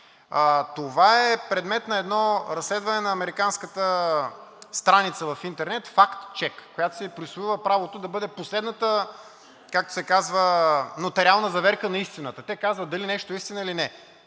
Това е предмет на едно разследване на американската страница в интернет „Факт чек“, която си е присвоила правото да бъде последната, както се казва, нотариална заверка на истината. Те казват дали нещо е истина или не.